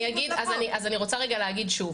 אני רוצה רגע להגיד שוב.